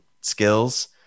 skills